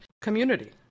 community